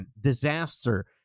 disaster